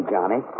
Johnny